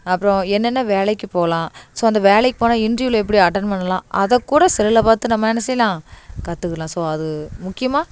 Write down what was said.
அப்புறம் என்ன என்ன வேலைக்கி போகலாம் ஸோ அந்த வேலைக்கு போனால் இன்ட்ரிவிவ்ல எப்படி அட்டன் பண்ணலாம் அதை கூட செல்லில் பார்த்து நம்ம என்ன செய்யலாம் கற்றுக்கலாம் ஸோ அது முக்கியமாக